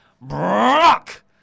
Brock